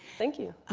thank you.